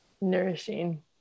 Nourishing